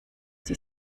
die